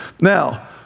Now